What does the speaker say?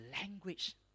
language